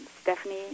Stephanie